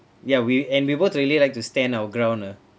ya we and we both really like to stand our ground ah